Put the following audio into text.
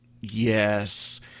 Yes